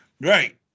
Right